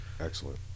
Excellent